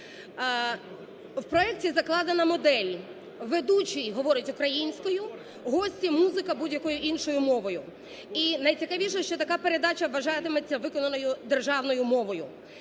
У проекті закладена модель: ведучий говорить українською, гості і музика – будь-якою іншою мовою. І найцікавіше, що така передача вважатиметься виконаною державною мовою.